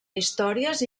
històries